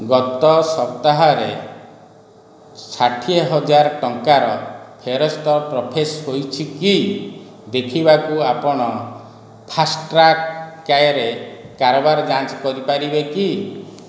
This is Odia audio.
ଗତ ସପ୍ତାହରେ ଷାଠିଏ ହଜାର ଟଙ୍କାର ଫେରସ୍ତ ପ୍ରୋସେସ୍ ହୋଇଛି କି ଦେଖିବାକୁ ଆପଣ ଫାର୍ଷ୍ଟଟ୍ରାକ୍କ୍ରାଏ କାରବାର ଯାଞ୍ଚ କରିପାରିବେ କି